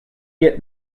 yet